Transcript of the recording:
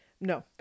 no